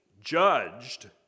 judged